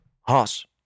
Hoss